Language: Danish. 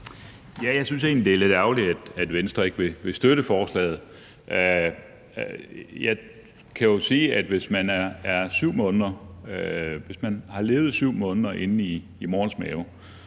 Jeg synes egentlig, det er lidt ærgerligt, at Venstre ikke vil støtte forslaget. Jeg kan sige, at hvis man har levet 7 måneder inde i mors mave,